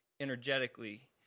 energetically